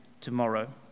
tomorrow